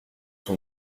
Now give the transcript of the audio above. son